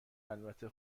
البته